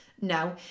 no